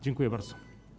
Dziękuję bardzo.